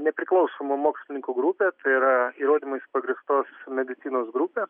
nepriklausomų mokslininkų grupė tai yra įrodymais pagrįstos medicinos grupė